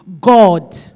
God